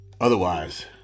Otherwise